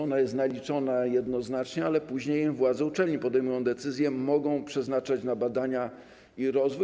Ona jest naliczona jednoznacznie, ale później władze uczelni podejmują decyzje i mogą przeznaczać środki na badania i rozwój.